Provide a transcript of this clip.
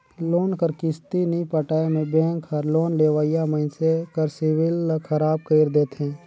loan कर किस्ती नी पटाए में बेंक हर लोन लेवइया मइनसे कर सिविल ल खराब कइर देथे